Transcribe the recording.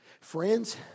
Friends